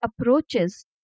approaches